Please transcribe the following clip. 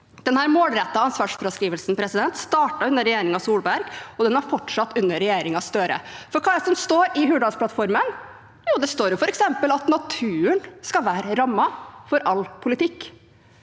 Denne målrettede ansvarsfraskrivelsen startet under regjeringen Solberg, og den har fortsatt under regjeringen Støre. For hva er det som står i Hurdalsplattformen? Jo, det står f.eks. at naturen skal være rammen for all politikk,